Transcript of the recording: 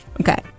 okay